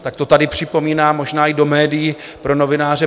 Tak to tady připomínám, možná i do médií pro novináře.